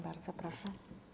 Bardzo proszę.